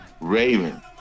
Raven